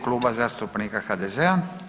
Kluba zastupnika HDZ-a.